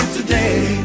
today